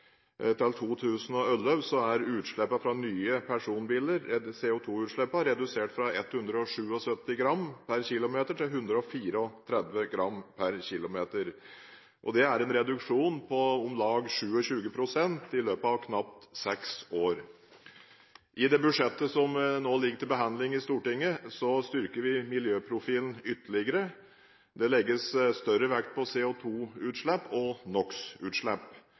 til 2011 er redusert fra 177 g/km til 134 g/km. Det er en reduksjon på om lag 27 pst. i løpet av knapt 6 år. I det budsjettet som nå ligger til behandling i Stortinget, styrker vi miljøprofilen ytterligere. Det legges større vekt på CO2-utslipp og